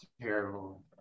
terrible